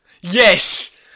Yes